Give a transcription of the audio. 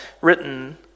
written